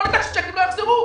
בוא נדאג שהצ'קים לא יחזרו.